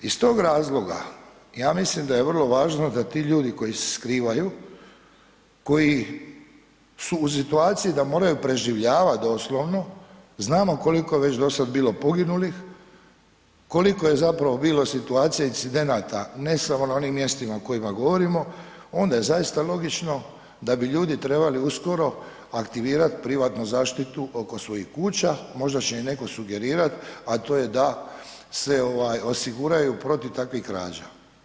Iz tog razloga ja mislim da je vrlo važno da ti ljudi koji se skrivaju, koji su u situaciji da moraju preživljavati doslovno, znamo koliko je već do sada bilo poginulih, koliko je zapravo bilo situacija i incidenata ne samo na onim mjestima o kojima govorimo onda je zaista logično da bi ljudi trebali uskoro aktivirati privatnu zaštitu oko svojih kuća, možda će im netko sugerirati a to je da se osiguraju protiv takvih krađa.